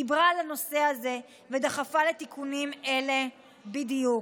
דיברה על הנושא הזה ודחפה לתיקונים אלה בדיוק.